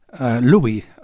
Louis